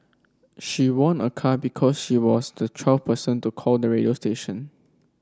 she won a car because she was the twelfth person to call the radio station